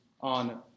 on